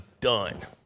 done